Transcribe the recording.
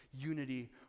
unity